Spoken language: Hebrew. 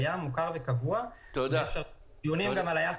יש הרבה דברים שהם יודעים --- רגע,